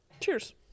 Cheers